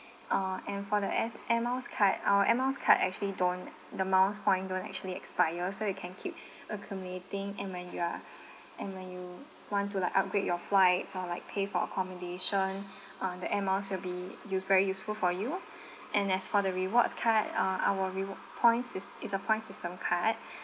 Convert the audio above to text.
uh and for the air air miles card uh air miles card actually don't the miles point don't actually expire so you can keep accumulating and when you are and when you want to like upgrade your flights or like pay for accommodation uh the air miles will be use~ very useful for you and as for the rewards card uh our reward points is it's a point system card